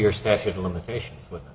year statute of limitations but